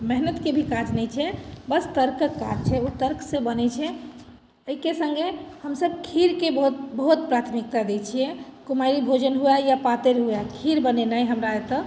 मेहनतिके भी काज नहि छै बस तर्कक काज छै ओ तर्कसँ बनैत छै एहिके सङ्गे हमसभ खीरकेँ बहुत बहुत प्राथमिकता दैत छियै कुमारी भोजन हुए या पातरि हुए खीर बनेनाइ हमरा एतय